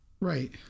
Right